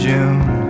June